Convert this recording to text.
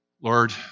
Lord